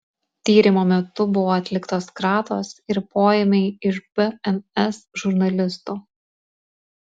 tyrimo metu buvo atliktos kratos ir poėmiai iš bns žurnalistų